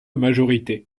majorité